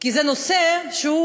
כי זה נושא שהוא